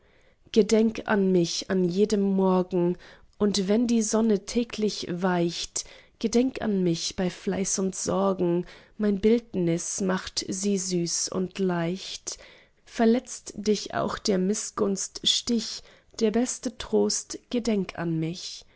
gedenk an mich an jedem morgen und wenn die sonne täglich weicht gedenk an mich bei fleiß und sorgen mein bildnis macht sie süß und leicht verletzt dich auch der mißgunst stich der beste trost gedenk an mich